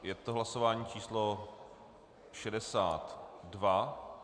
Je to hlasování číslo 62.